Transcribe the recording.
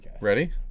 Ready